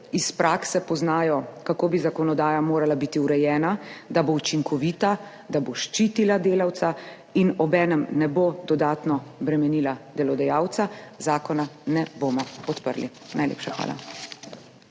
najbolj poznajo, kako bi zakonodaja morala biti urejena, da bo učinkovita, da bo ščitila delavca in obenem ne bo dodatno bremenila delodajalca, zakona ne bomo podprli. Najlepša hvala.